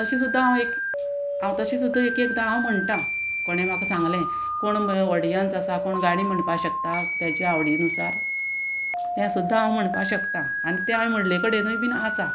तशी सुद्दां हांव एक हांव तशी सुद्दां एक एकदां हांव म्हणटा कोणें म्हाका सांगलें कोण ऑडियन्स आसा कोण गाणी म्हणपा शकता तेजे आवडी अनुसार तें सुद्दां हांव म्हणपा शकता आनी तें हांवें म्हणले कडेनूय बीन आसा